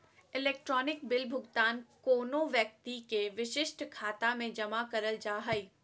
electronic bill भुगतान कोनो व्यक्ति के विशिष्ट खाता में जमा करल जा हइ